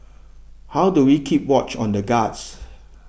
how do we keep watch on the guards